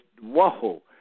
whoa